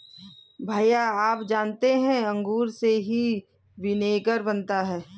भैया आप जानते हैं अंगूर से ही विनेगर बनता है